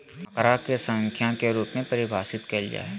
आंकड़ा के संख्या के रूप में परिभाषित कइल जा हइ